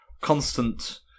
Constant